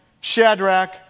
Shadrach